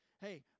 hey